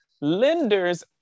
lenders